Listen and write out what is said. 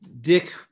Dick